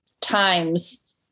times